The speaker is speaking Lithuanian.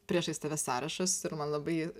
priešais tave sąrašas ir man labai